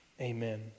Amen